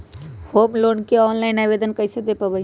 Home loan के online आवेदन कैसे दें पवई?